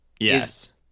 Yes